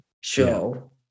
show